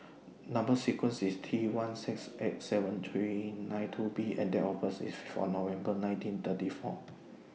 Number sequence IS T one six eight seven three nine two B and Date of birth IS five November nineteen thirty four